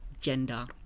gender